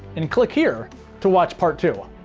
and click here to watch part two.